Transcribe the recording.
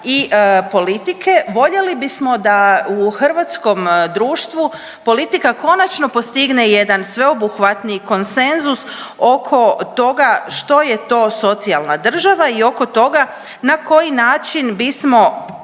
i politike. Voljeli bismo da u hrvatskom društvu politika konačno postigne jedan sveobuhvatni konsenzus oko toga što je to socijalna država i oko toga na koji način bismo